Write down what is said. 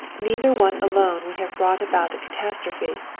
neither one alone would have brought about the catastrophe,